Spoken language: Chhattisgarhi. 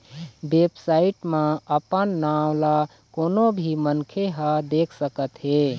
बेबसाइट म अपन नांव ल कोनो भी मनखे ह देख सकत हे